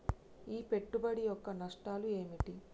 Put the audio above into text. ఈ పెట్టుబడి యొక్క నష్టాలు ఏమిటి?